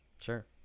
Sure